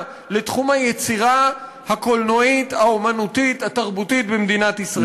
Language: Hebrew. לתחום היצירה הקולנועית האמנותית התרבותית במדינת ישראל.